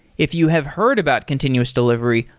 if you have heard about continuous delivery,